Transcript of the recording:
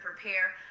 prepare